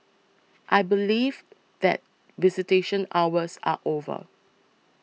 I believe that visitation hours are over